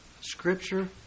Scripture